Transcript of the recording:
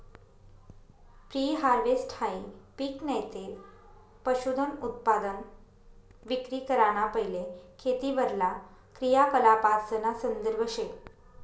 pre हारवेस्टहाई पिक नैते पशुधनउत्पादन विक्री कराना पैले खेतीवरला क्रियाकलापासना संदर्भ शे